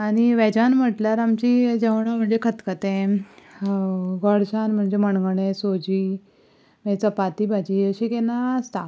आनी व्हॅजान म्हणल्यार आमचीं जेवणां म्हणचे खतखतें गोडशान म्हणचे मणगणें सोजी मागीर चपाती भाजी अशी केन्ना आसता